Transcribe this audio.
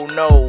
no